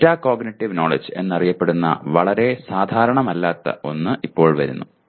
metacognitive knowledge എന്നറിയപ്പെടുന്ന വളരെ സാധാരണമല്ലാത്ത ഒന്ന് ഇപ്പോൾ വരുന്നു